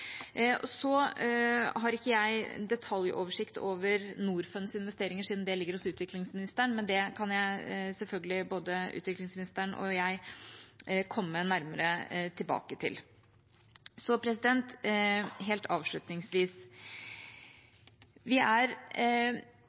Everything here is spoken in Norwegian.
og medier er en del av det. Så har ikke jeg en detaljoversikt over Norfunds investeringer, siden det ligger under utviklingsministeren, men det kan selvfølgelig både utviklingsministeren og jeg komme nærmere tilbake til. Så helt avslutningsvis: Vi er